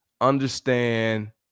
understand